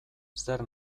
zer